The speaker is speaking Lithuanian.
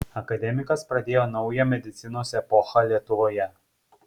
akademikas pradėjo naują medicinos epochą lietuvoje